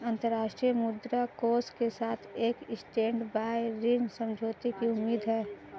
अंतर्राष्ट्रीय मुद्रा कोष के साथ एक स्टैंडबाय ऋण समझौते की उम्मीद है